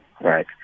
Right